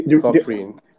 suffering